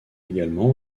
également